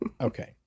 Okay